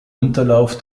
unterlauf